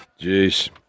Jeez